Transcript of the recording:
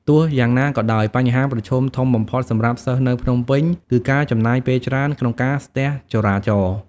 ទោះយ៉ាងណាក៏ដោយ បញ្ហាប្រឈមធំបំផុតសម្រាប់សិស្សនៅភ្នំពេញគឺការចំណាយពេលច្រើនក្នុងការស្ទះចរាចរណ៍។